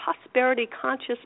prosperity-conscious